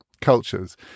cultures